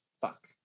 fuck